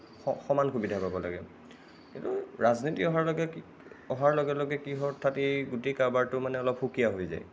স সমান সুবিধা পাব লাগে কিন্তু ৰাজনীতি অহাৰ অহাৰ লগে লগে কি হয় অৰ্থাৎ এই গোটেই কাৰবাৰটো মানে অলপ সুকীয়া হৈ যায়